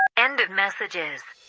end of messages